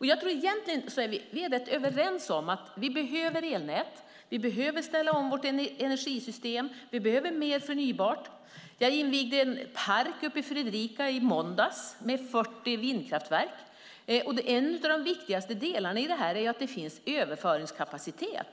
Vi är rätt överens om att det behövs elnät. Energisystemet behöver ställas om. Det behövs mer förnybart. Jag invigde en vindkraftspark i Fredrika i måndags. Det var 40 vindkraftverk. En av de viktigaste delarna är att det finns överföringskapacitet.